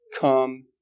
come